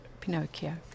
Pinocchio